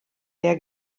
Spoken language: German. der